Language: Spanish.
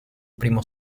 primo